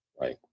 Right